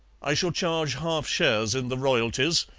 i shall charge half-shares in the royalties,